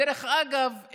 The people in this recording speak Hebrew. דרך אגב,